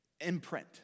imprint